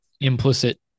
implicit